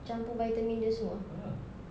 campur vitamin dia semua